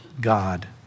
God